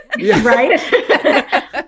Right